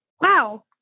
wow